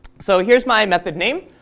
so here's my method name.